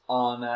on